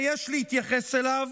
שיש להתייחס אליו,